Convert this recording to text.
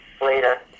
later